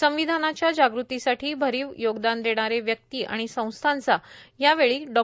संविधानाच्या जागृतीसाठी भरीव योगदान देणारे व्यक्ती आणि संस्थांचा यावेळी डॉ